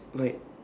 like